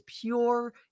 pure